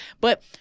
But-